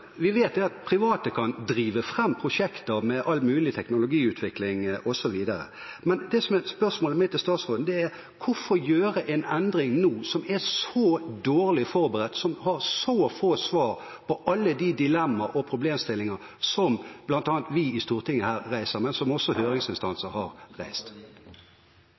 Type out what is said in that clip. Vi vet at private kan drive fram prosjekter med all mulig teknologiutvikling osv., men spørsmålet mitt til statsråden er: Hvorfor gjøre en endring nå som er så dårlig forberedt, som har så få svar på alle de dilemmaer og problemstillinger som bl.a. vi i Stortinget reiser, men som også høringsinstanser har reist?